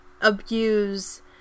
abuse